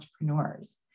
entrepreneurs